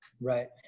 right